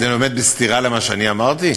זה עומד בסתירה למה שאני אמרתי?